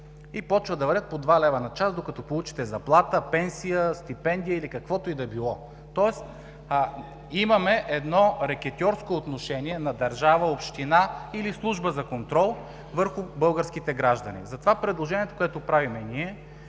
и почват да валят по два лева на час, докато получите заплата, пенсия, стипендия или каквото и да било. Тоест имаме едно рекетьорско отношение на държава, община или служба за контрол върху българските граждани. Затова предложението, което правим, е